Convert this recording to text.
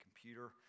computer